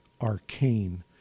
arcane